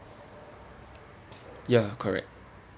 ya correct